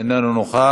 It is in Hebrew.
איננו נוכח.